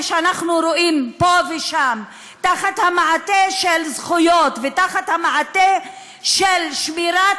שאנחנו רואים פה ושם תחת המעטה של זכויות ותחת המעטה של שמירת